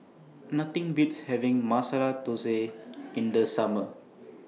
Nothing Beats having Masala Thosai in The Summer